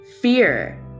fear